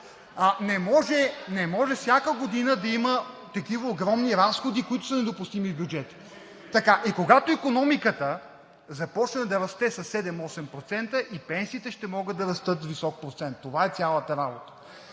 Не може всяка година да има такива огромни разходи, които са недопустими в бюджета. И когато икономиката започне да расте със 7 – 8%, и пенсиите ще могат да растат с висок процент, това е цялата работа.